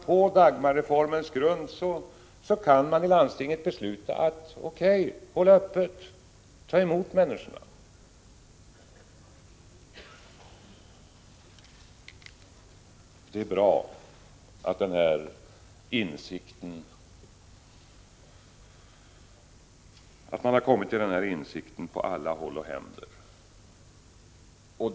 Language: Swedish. På Dagmarreformens grund kan man i landstinget besluta: O.K., håll öppet, ta emot människorna. Det är bra att man har kommit till denna insikt på alla håll' och kanter.